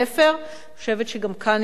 אני חושבת שגם כאן יש הזדמנות לאחריות.